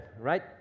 right